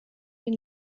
den